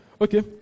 Okay